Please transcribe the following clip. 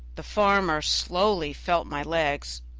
the farmer slowly felt my legs,